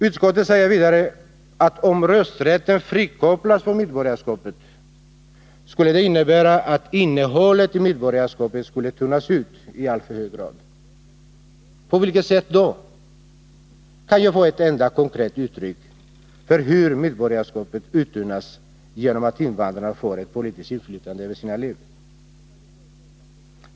Utskottet säger vidare att om rösträtten frikopplas från medborgarskapet skulle det innebära att innehållet i medborgarskapet skulle tunnas ut i alltför hög grad. På vilket sätt då? Kan jag få ett enda konkret uttryck för hur medborgarskapet uttunnas genom att invandrarna får ett politiskt inflytande över sina liv?